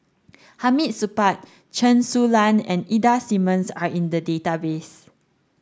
Hamid Supaat Chen Su Lan and Ida Simmons are in the database